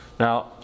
Now